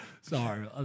Sorry